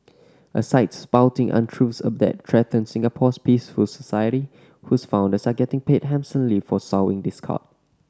a site spouting untruths that threaten Singapore's peaceful society whose founders are getting paid handsomely for sowing discord